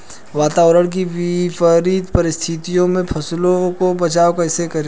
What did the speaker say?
वातावरण की विपरीत परिस्थितियों में फसलों का बचाव कैसे करें?